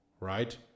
right